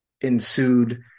ensued